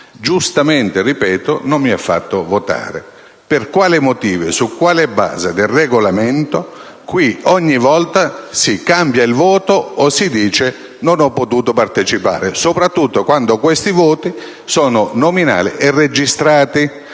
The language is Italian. Giustamente, ripeto, non mi ha fatto votare. Per quale motivo e su quale base del Regolamento qui ogni volta si cambia il voto o si dice di non aver potuto partecipare, soprattutto quando questi voti sono nominali e registrati?